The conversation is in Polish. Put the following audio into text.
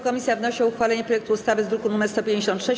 Komisja wnosi o uchwalenie projektu ustawy z druku nr 156.